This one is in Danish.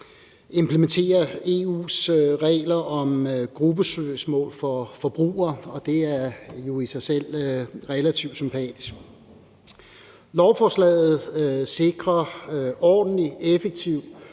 implementerer EU's regler om gruppesøgsmål for forbrugere, og det er jo i sig selv relativt sympatisk. Lovforslaget sikrer en ordentlig, effektiv